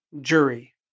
Jury